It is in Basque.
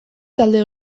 talde